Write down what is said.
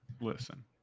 Listen